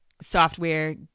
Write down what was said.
software